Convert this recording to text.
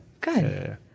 Good